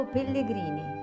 Pellegrini